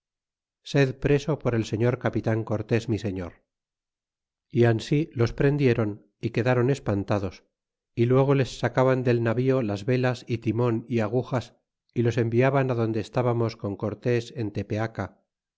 sed preso por el señor capitan cortés mi señor y ansi los prendiéron y quedaban espantados y luego les sacaban del navío las velas y timon y agujas y los enviaban adonde estábamos con cortés en tepeaca